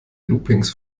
loopings